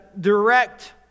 direct